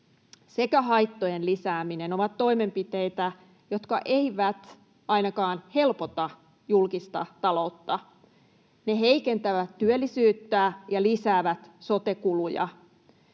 sekä haittojen lisääminen ovat toimenpiteitä, jotka eivät ainakaan helpota julkista taloutta. Ne heikentävät työllisyyttä ja lisäävät sote-kuluja.